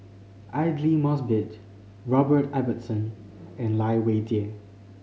Aidli Mosbit Robert Ibbetson and Lai Weijie